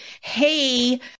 hey